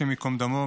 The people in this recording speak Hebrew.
השם ייקום דמו,